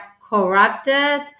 corrupted